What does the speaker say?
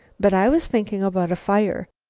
but i was thinking about a fire.